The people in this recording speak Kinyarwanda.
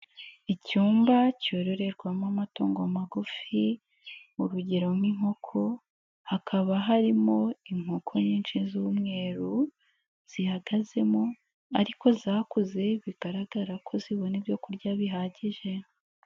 Icyumba cyororerwamo amatungo magufi, urugero nk'inkoko hakaba harimo inkoko nyinshi z'umweru, zihagazemo ariko zakuze bigaragara ko zibona ibyokurya bihagije.